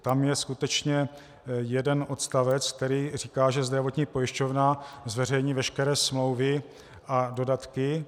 Tam je skutečně jeden odstavec, který říká, že zdravotní pojišťovna zveřejní veškeré smlouvy a dodatky.